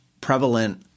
prevalent